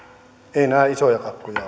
ei nämä isoja kakkuja